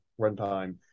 runtime